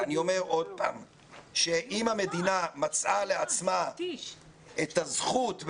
שאם המדינה מצאה לעצמה את ה"זכות"